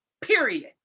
period